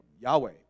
Yahweh